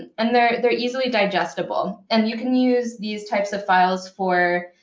and they're they're easily digestible. and you can use these types of files for